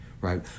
right